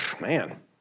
man